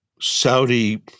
Saudi